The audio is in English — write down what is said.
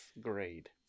grade